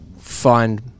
find